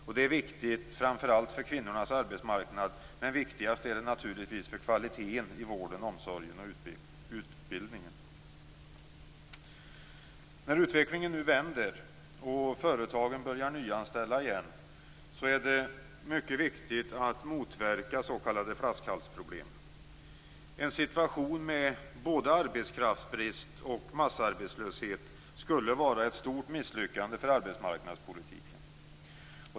Detta är viktigt för framför allt kvinnors arbetsmarknad, men viktigast är det naturligtvis för kvaliteten i vården, omsorgen och utbildningen. När utvecklingen nu vänder och företagen börjar nyanställa igen är det mycket viktigt att motverka s.k. flaskhalsproblem.